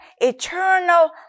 eternal